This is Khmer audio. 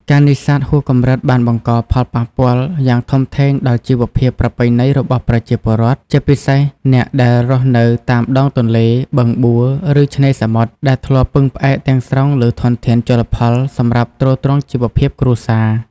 ការនេសាទហួសកម្រិតបានបង្កផលប៉ះពាល់យ៉ាងធំធេងដល់ជីវភាពប្រពៃណីរបស់ប្រជាពលរដ្ឋ ជាពិសេសអ្នកដែលរស់នៅតាមដងទន្លេ បឹងបួ ឬឆ្នេរសមុទ្រ ដែលធ្លាប់ពឹងផ្អែកទាំងស្រុងលើធនធានជលផលសម្រាប់ទ្រទ្រង់ជីវភាពគ្រួសារ។